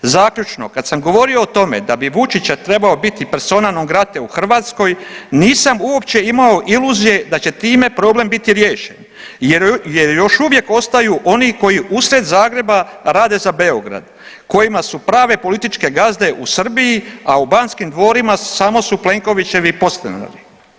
Zaključno, kad sam govorio o tome da bi Vučić trebao biti persona non grate u Hrvatskoj nisam uopće imao iluzije da će time problem biti riješen jer još uvijek ostaju oni koji usred Zagreba rade za Beograd, kojima su prave političke gazde u Srbiji, a u Banskim dvorima samo su Plenkovićevi podstanari.